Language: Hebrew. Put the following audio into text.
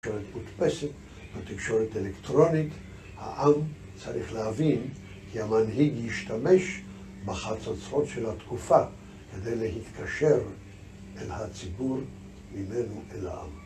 בתקשורת מודפסת, בתקשורת אלקטרונית, העם צריך להבין כי המנהיג ישתמש בחצוצרות של התקופה כדי להתקשר אל הציבור ממנו אל העם.